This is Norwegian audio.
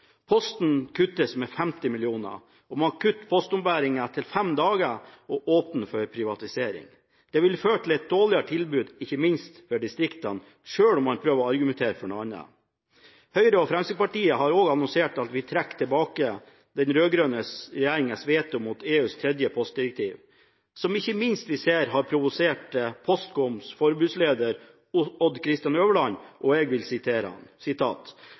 Posten kuttes med 50 mill. kr, og man kutter postombæringen til fem dager og åpner for privatisering. Det vil føre til et dårligere tilbud – ikke minst for distriktene – selv om man prøver å argumentere for noe annet. Høyre og Fremskrittspartiet har også annonsert at de vil trekke tilbake den rød-grønne regjeringens veto mot EUs tredje postdirektiv, noe vi ikke minst ser har provosert Postkoms forbundsleder Odd Christian Øverland, og jeg vil sitere